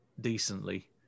decently